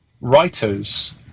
writers